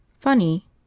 Funny